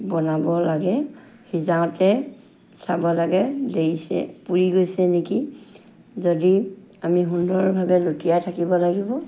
বনাব লাগে সিজাওঁতে চাব লাগে দেইছে পুৰি গৈছে নেকি যদি আমি সুন্দৰভাৱে লুটিয়াই থাকিব লাগিব